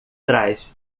trás